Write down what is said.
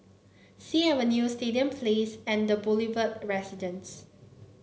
Sea Avenue Stadium Place and The Boulevard Residence